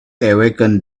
awaken